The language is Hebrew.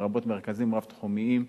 ובהן מרכזים רב-תחומיים,